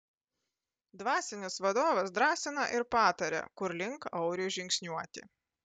dvasinis vadovas drąsina ir pataria kur link auriui žingsniuoti